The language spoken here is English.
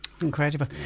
incredible